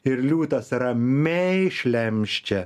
ir liūtas ramiai šlemšče